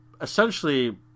essentially